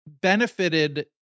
benefited